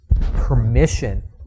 permission